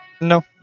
No